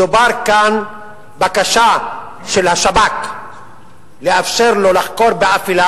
מדובר כאן בבקשה של השב"כ לאפשר לו לחקור באפלה,